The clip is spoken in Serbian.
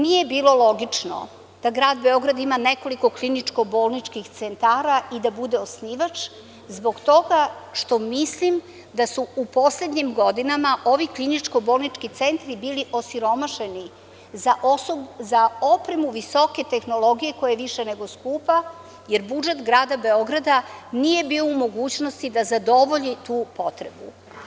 Nije bilo logično da grad Beograd ima nekoliko kliničko-bolničkih centara i da bude osnivač, zbog toga što mislim da su u poslednjim godinama ovi kliničko-bolnički centri bili osiromašeni za opremu visoke tehnologije, koja je više nego skupa, jer budžet grada Beograda nije bio u mogućnosti da zadovolji tu potrebu.